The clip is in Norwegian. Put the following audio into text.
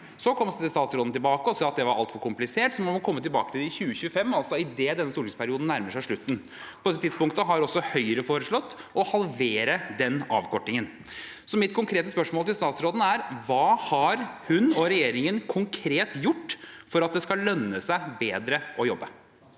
inneværende år. Statsråden kom tilbake og sa at det var altfor komplisert, så man må komme tilbake til det i 2025, altså idet denne stortingsperioden nærmer seg slutten. På dette tidspunktet har også Høyre foreslått å halvere den avkortingen. Mitt konkrete spørsmål til statsråden er: Hva har hun og regjeringen konkret gjort for at det skal lønne seg bedre å jobbe?